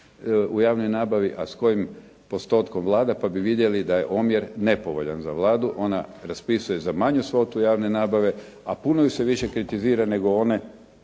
u javnoj nabavi, a s kojim postotkom Vlada pa bi vidjeli da je omjer nepovoljan za Vladu. Ona raspisuje za manju svotu javne nabave, a puno ju se više kritizira nego one